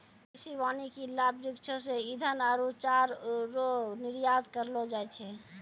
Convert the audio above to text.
कृषि वानिकी लाभ वृक्षो से ईधन आरु चारा रो निर्यात करलो जाय छै